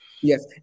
Yes